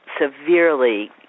severely